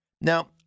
Now